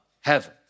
heaven